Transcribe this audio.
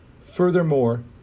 Furthermore